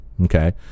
Okay